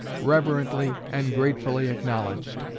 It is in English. reverently, and gratefully acknowledged,